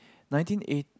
nineteen eight